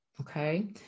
Okay